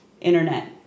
internet